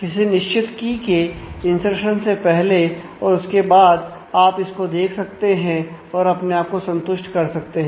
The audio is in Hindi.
किसी निश्चित की के इंर्सशन से पहले और उसके बाद आप इसको देख सकते हैं और अपने आप को संतुष्ट कर सकते हैं